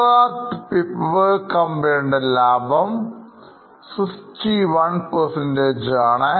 Gujarat Pipavav കമ്പനിയുടെ ലാഭം61 ആണ്